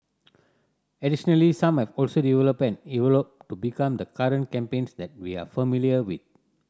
additionally some have also developed and evolved to become the current campaigns that we are familiar with